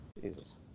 Jesus